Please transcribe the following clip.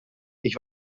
ich